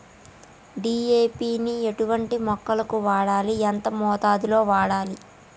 DAP ని ఎటువంటి మొక్కలకు వాడాలి? ఎంత మోతాదులో వాడాలి?